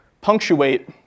punctuate